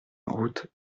route